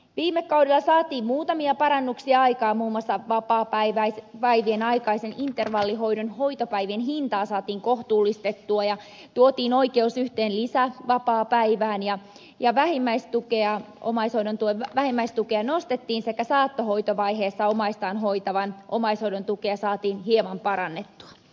viime kaudella saatiin muutamia parannuksia aikaan muun muassa vapaapäivien aikaisen intervallihoidon hoitopäivien hintaa saatiin kohtuullistettua ja tuotiin oikeus yhteen lisävapaapäivään ja omaishoidon vähimmäistukea nostettiin sekä saattohoitovaiheessa omaistaan hoitavan omaishoidon tukea saatiin hieman parannettua